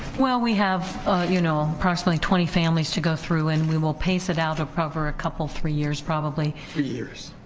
well we have you know approximately twenty families to go through and we will pace it out over a couple or three years, probably. three years.